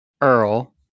Earl